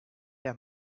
las